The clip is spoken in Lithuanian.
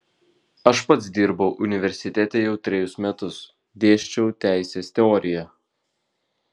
aš pats dirbau universitete jau trejus metus dėsčiau teisės teoriją